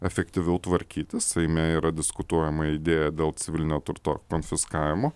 efektyviau tvarkytis seime yra diskutuojama idėja dėl civilinio turto konfiskavimo